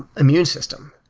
immune system.